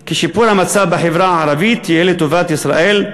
כי שיפור המצב בחברה הערבית יהיה לטובת ישראל,